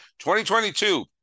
2022